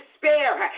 despair